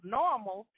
normal